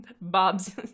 bob's